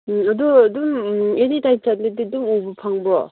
ꯑꯗꯣ ꯑꯗꯨꯝ any time ꯆꯠꯂꯗꯤ ꯑꯗꯨꯝ ꯎꯕ ꯐꯪꯕ꯭ꯔꯣ